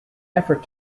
effort